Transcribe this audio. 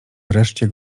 wreszcie